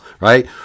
right